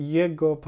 jego